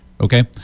Okay